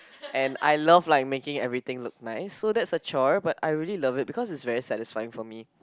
and I love like make everything look nice so that's a chore but I really love it because it's very satisfying for me